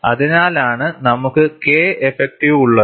അതിനാലാണ് നമുക്ക് K effective ഉള്ളത്